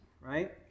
right